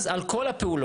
על כל הפעולות.